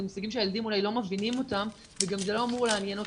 זה מושגים שהילדים אולי לא מבינים אותם וזה גם לא אמור לעניין אותם.